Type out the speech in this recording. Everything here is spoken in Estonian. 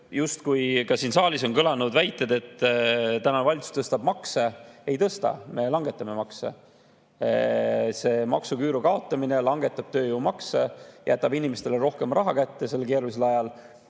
justkui ka siin saalis on kõlanud väited, et tänane valitsus tõstab makse. Ei tõsta, me langetame makse. Maksuküüru kaotamine langetab tööjõumakse, jätab inimestele rohkem raha kätte sel keerulisel